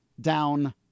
down